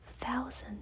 thousands